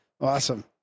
Awesome